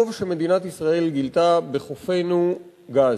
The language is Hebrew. טוב שמדינת ישראל גילתה בחופינו גז.